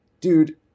Dude